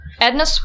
Edna